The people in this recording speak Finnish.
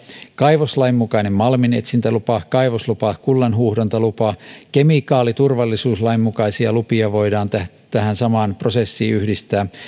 kaivoslain mukainen malminetsintälupa kaivoslupa kullanhuuhdontalupa kemikaaliturvallisuuslain mukaisia lupia voidaan tähän samaan prosessiin yhdistää